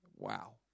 Wow